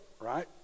right